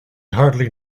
hardly